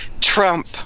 Trump